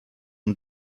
und